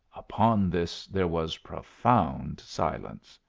upon this there was profound silence.